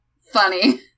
funny